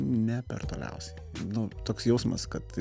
ne per toliausiai nu toks jausmas kad